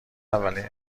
اولین